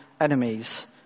enemies